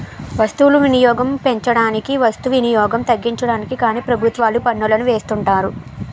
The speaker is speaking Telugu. వస్తువులు వినియోగం పెంచడానికి వస్తు వినియోగం తగ్గించడానికి కానీ ప్రభుత్వాలు పన్నులను వేస్తుంటాయి